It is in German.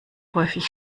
häufig